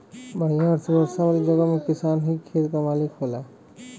बढ़िया अर्थव्यवस्था वाले जगह में किसान ही खेत क मालिक होला